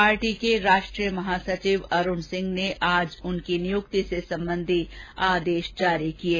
party के राष्ट्रीय महासचिव अरूण सिंह ने आज उनकी नियुक्ति से संबंधी आदेष जारी किये